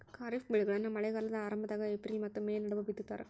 ಖಾರಿಫ್ ಬೆಳೆಗಳನ್ನ ಮಳೆಗಾಲದ ಆರಂಭದಾಗ ಏಪ್ರಿಲ್ ಮತ್ತ ಮೇ ನಡುವ ಬಿತ್ತತಾರ